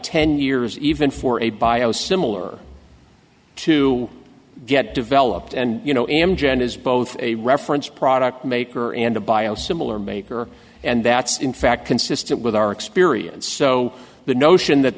ten years even for a bio similar to get developed and you know amgen is both a reference product maker and a bio similar maker and that's in fact consistent with our experience so the notion that